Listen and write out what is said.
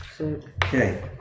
Okay